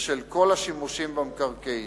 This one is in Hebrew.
בשל כל השימושים במקרקעין.